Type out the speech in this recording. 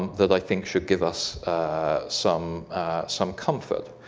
that i think should give us some some comfort.